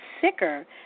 sicker